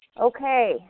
Okay